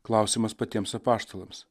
klausimas patiems apaštalams